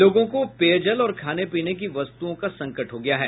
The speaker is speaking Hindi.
लोगों को पेयजल और खाने पीने की वस्तुओं का संकट हो गया है